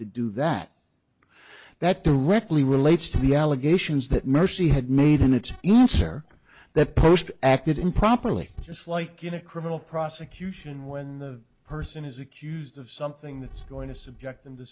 to do that that directly relates to the allegations that mercy had made in its events or that post acted improperly just like in a criminal prosecution when the person is accused of something that's going to subject